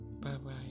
Bye-bye